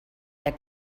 der